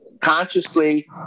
Consciously